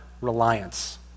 reliance